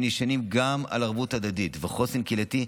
שנשענים גם על ערבות הדדית וחוסן קהילתי,